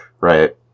right